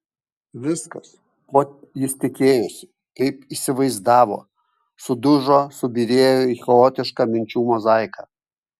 viskas ko jis tikėjosi kaip įsivaizdavo sudužo subyrėjo į chaotišką minčių mozaiką